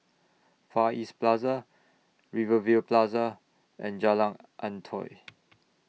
Far East Plaza Rivervale Plaza and Jalan Antoi